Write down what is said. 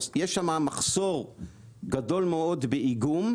יש שמה מחסור גדול מאוד באיגום,